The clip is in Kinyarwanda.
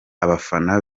abafana